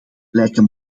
lijken